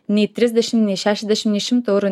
nei trisdešim nei šešiasdešim nei šimto eurų